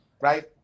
right